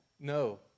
No